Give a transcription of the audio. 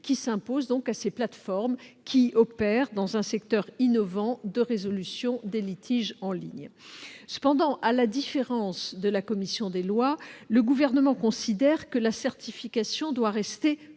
qui s'imposeront aux plateformes opérant dans le secteur innovant de résolution en ligne des litiges. Cependant, à la différence de la commission des lois, le Gouvernement considère que la certification doit rester